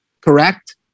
Correct